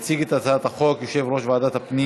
יציג את הצעת החוק יושב-ראש ועדת הפנים